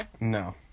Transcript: No